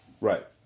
Right